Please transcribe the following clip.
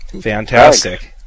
Fantastic